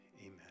Amen